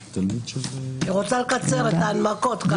היא רוצה לקצר את ההנמקות.